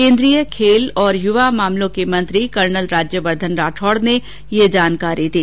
केन्द्रीय खेल और युवा मामलों के मंत्री कर्नल राज्यवर्द्वन राठौड़ ने ये जानकारी दी